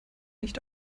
nicht